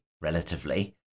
Relatively